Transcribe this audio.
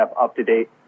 up-to-date